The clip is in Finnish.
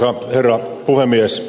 arvoisa herra puhemies